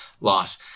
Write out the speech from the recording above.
loss